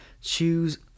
choose